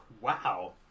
Wow